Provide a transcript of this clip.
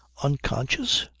unconscious?